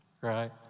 right